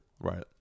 Right